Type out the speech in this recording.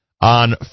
on